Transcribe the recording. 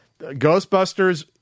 Ghostbusters